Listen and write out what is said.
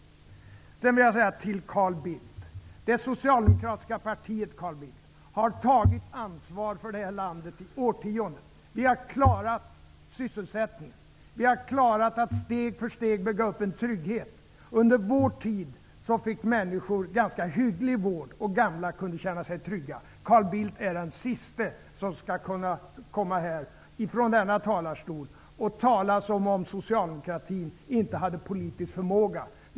Till Carl Bildt vill jag säga följande: Det socialdemokratiska partiet har tagit ansvar för det här landet i årtionden. Vi har klarat sysselsättningen. Vi har klarat att steg för steg bygga upp en trygghet. Under vår tid fick människor ganska hygglig vård, och gamla kunde känna sig trygga. Carl Bildt är den siste som ifrån denna talarstol skall tala som om socialdemokratin inte hade politisk förmåga.